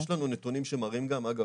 יש לנו נתונים שמראים, אגב,